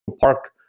Park